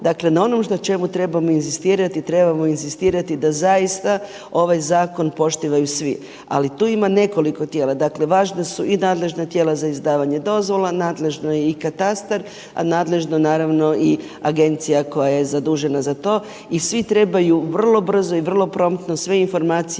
Dakle na onom na čemu trebamo inzistirati, trebamo inzistirati da zaista ovaj zakon poštuju svi. Ali tu ima nekoliko tijela, dakle važna su i nadležna tijela za izdavanje dozvola, nadležno je i katastar a nadležno naravno i Agencija koja je zadužena za to. I svi trebaju vrlo brzo i vrlo promptno sve informacije